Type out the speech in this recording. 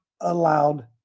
allowed